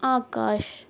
Akash